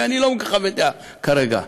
ואני לא מחווה דעה כרגע,